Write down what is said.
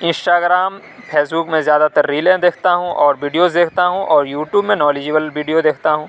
Instagram Facebook میں زیادہ تر ریلیں دیکھتا ہوں اور ویڈیوز دیکھتا ہوں اور یوٹیوب میں نالیجیبل ویڈیو دیکھتا ہوں